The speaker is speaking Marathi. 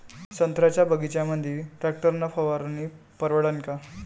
संत्र्याच्या बगीच्यामंदी टॅक्टर न फवारनी परवडन का?